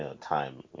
time